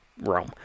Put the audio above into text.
Rome